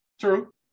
True